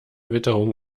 witterung